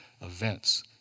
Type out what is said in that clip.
events